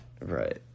Right